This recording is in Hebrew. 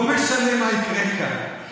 לא משנה מה יקרה כאן,